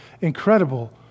incredible